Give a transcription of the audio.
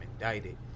indicted